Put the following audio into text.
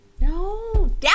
No